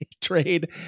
trade